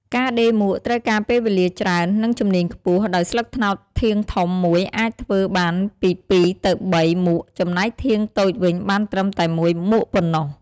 ការដេរមួកត្រូវការពេលវេលាច្រើន និងជំនាញខ្ពស់ ដោយស្លឹកត្នោតធាងធំមួយអាចធ្វើបានពី២ ទៅ ៣ មួក ចំណែកធាងតូចវិញបានត្រឹមតែ១ មួកប៉ុណ្ណោះ។